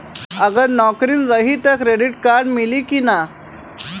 अगर नौकरीन रही त क्रेडिट कार्ड मिली कि ना?